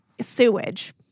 sewage